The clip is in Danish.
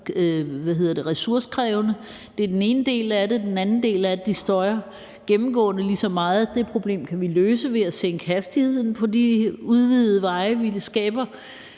ressourcekrævende. Det er den ene del af det. Den anden del er, at de gennemgående støjer lige så meget. Det problem kan vi løse ved at sænke hastigheden på de udvidede veje, vi skaber.